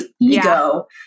ego